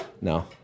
no